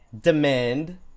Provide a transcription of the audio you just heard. demand